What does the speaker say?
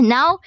Now